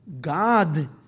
God